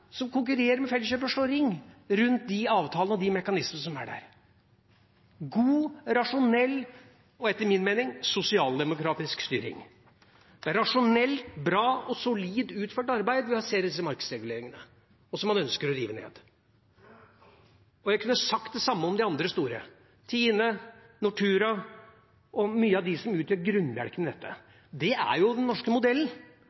som konkurrerer med Felleskjøpet, slår ring rundt de avtalene og de mekanismene som er der – god, rasjonell og etter min mening sosialdemokratisk styring, rasjonelt, bra og solid utført arbeid ved hjelp av disse markedsreguleringene, og som man ønsker å rive ned. Jeg kunne sagt det samme om de andre store, TINE, Nortura og mange av dem som utgjør grunnbjelken i